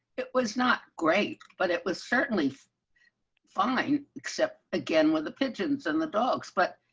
it was not great but it was certainly fine except again with the pigeons and the dogs, but